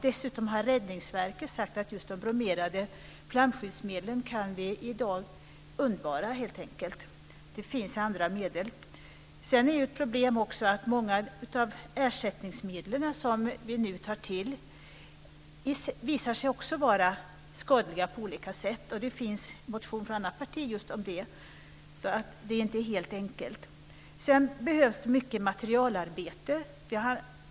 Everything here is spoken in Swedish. Dessutom har Räddningsverket sagt att vi kan undvara just de bromerade flamskyddsmedlen, det finns andra medel. Det är också ett problem att många av de ersättningsmedel som vi tar till också visar sig vara skadliga på olika sätt, och det finns motioner om detta. Det är alltså inte helt enkelt. Det behövs mycket materialarbete.